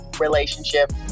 relationship